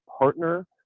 partner